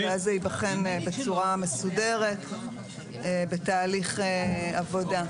ואז זה ייבחן בצורה מסודרת בתהליך עבודה.